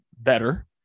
better